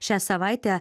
šią savaitę